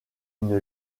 une